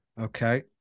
okay